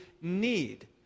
need